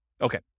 Okay